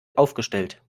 aufgestellt